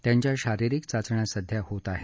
त्यांच्या शारिरिक चाचण्या सध्या होत आहे